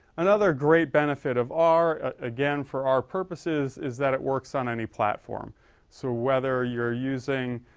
and other great benefit of our ah. again for our purposes is that it works on any platform so whether you're using